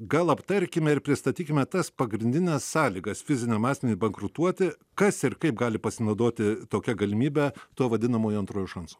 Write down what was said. gal aptarkime ir pristatykime tas pagrindines sąlygas fiziniam asmeniui bankrutuoti kas ir kaip gali pasinaudoti tokia galimybe to vadinamojo antrojo šanso